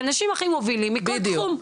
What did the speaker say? האנשים הכי מובילים מכל תחום,